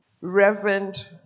Reverend